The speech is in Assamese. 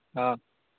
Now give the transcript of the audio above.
অঁ